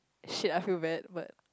shit I feel bad but